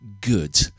Good